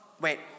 Wait